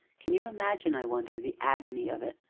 can you imagine, i wonder, the agony of it,